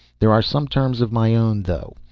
there are some terms of my own, though.